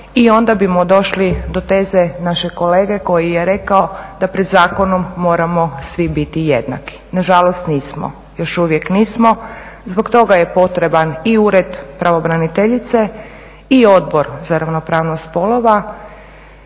i onda bismo došli do teze našeg kolege koji je rekao da pred zakonom moramo svi biti jednaki. Nažalost nismo, još uvijek nismo. Zbog toga je potreban i Ured pravobraniteljice i Odbor za ravnopravnost spolova